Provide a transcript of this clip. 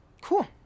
Cool